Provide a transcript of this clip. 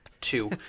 two